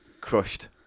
crushed